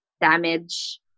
damage